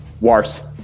Worse